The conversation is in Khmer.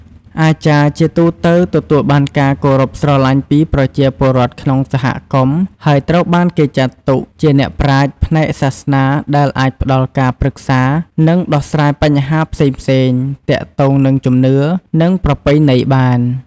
អាចារ្យជាទូទៅទទួលបានការគោរពស្រលាញ់ពីប្រជាពលរដ្ឋក្នុងសហគមន៍ ហើយត្រូវបានគេចាត់ទុកជាអ្នកប្រាជ្ញផ្នែកសាសនាដែលអាចផ្ដល់ការប្រឹក្សា និងដោះស្រាយបញ្ហាផ្សេងៗទាក់ទងនឹងជំនឿ និងប្រពៃណីបាន។